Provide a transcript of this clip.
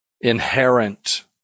inherent